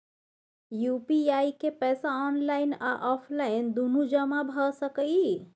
UPI के पैसा online आ ऑफलाइन दुनू जमा भ सकै इ?